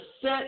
set